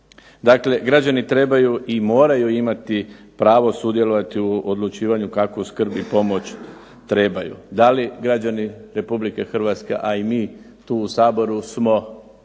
Dakle građani trebaju i moraju imati pravo sudjelovati u odlučivanju kakvu skrb i pomoć trebaju. Da li građani Republike Hrvatske, a i mi tu u Saboru smo